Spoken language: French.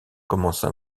commença